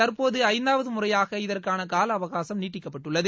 தற்போது ஐந்தாவது முறையாக இதற்கான காலஅவகாசம் நீட்டிக்கப்பட்டள்ளது